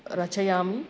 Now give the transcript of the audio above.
रचयामि